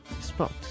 spot